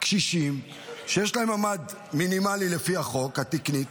קשישים שיש להם ממ"ד מינימלי לפי החוק התקני,